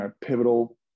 pivotal